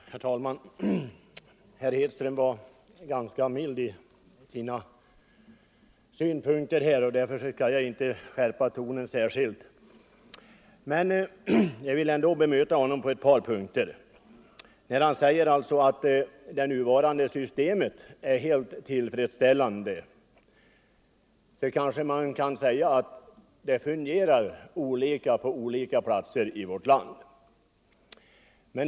Herr talman! Herr Hedström var ganska mild när han framförde sina synpunkter. Därför skall jag inte skärpa tonen särskilt mycket, men jag vill ändå bemöta honom på ett par punkter. Han säger att det nuvarande systemet är helt tillfredsställande. Man kan kanske säga att det fungerar olika på olika platser i vårt land.